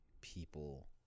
people